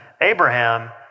Abraham